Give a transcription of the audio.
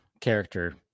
character